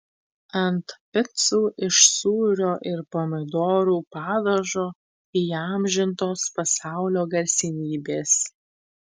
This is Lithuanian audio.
ant picų iš sūrio ir pomidorų padažo įamžintos pasaulio garsenybės